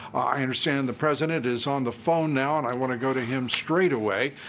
i understand the president is on the phone now, and i want to go to him straight away.